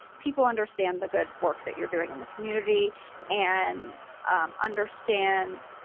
people understand the good work that you're doing in the community and understand,